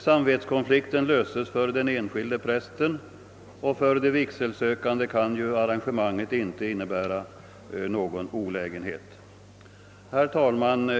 Samvetskonflikten löses för den enskilde prästen, och för de vigselsökande kan ju arrangemanget inte innebära någon olägenhet. Herr talman!